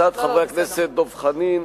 הצעות חברי הכנסת דב חנין,